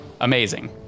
amazing